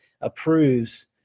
approves